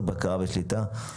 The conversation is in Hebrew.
בבקרה ובשליטה בכניסה וביציאה ממנה,